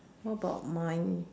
what about mine